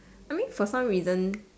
I mean for some reason